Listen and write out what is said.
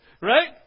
Right